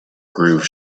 groove